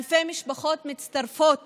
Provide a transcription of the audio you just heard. אלפי משפחות מצטרפות